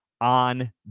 on